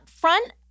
Front